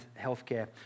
healthcare